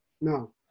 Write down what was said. No